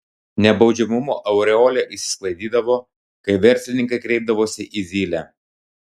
nebaudžiamumo aureolė išsisklaidydavo kai verslininkai kreipdavosi į zylę